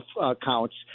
accounts